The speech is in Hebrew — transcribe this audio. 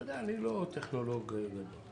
אתה יודע, אני לא טכנולוג ידוע.